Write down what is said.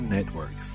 Network